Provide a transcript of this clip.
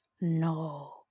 No